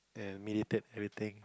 and mediate everything